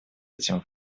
этим